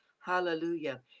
hallelujah